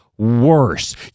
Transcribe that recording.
worse